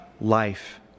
life